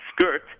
skirt